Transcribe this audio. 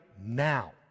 now